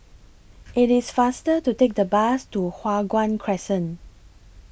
IT IS faster to Take The Bus to Hua Guan Crescent